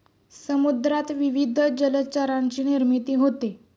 समुद्रात विविध जलचरांची निर्मिती होते